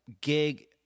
gig